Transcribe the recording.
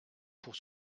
pour